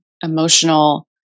emotional